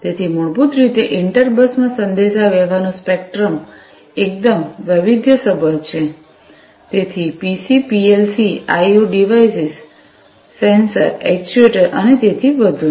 તેથી મૂળભૂત રીતે ઇન્ટર બસમાં સંદેશાવ્યવહારનું સ્પેક્ટ્રમ એકદમ વૈવિધ્યસભર છે તેથી PC PLC I O devices devices sensor actuators અને તેથી વધુ